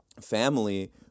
family